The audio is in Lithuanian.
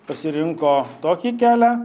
pasirinko tokį kelią